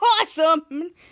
awesome